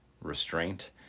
restraint